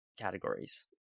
categories